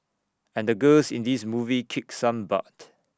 and the girls in this movie kick some butt